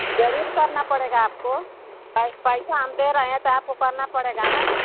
जरूर करना पड़ेगा आपको काहे पैसा हम दे रहे हैं तो आपको करना पड़ेगा न